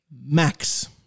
Max